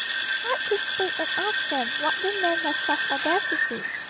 he tried to speak and ask them what they meant by such audacity,